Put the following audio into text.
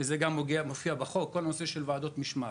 מאוד מאמין בכל הנושא של ועדות המשמעת,